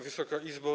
Wysoka Izbo!